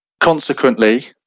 Consequently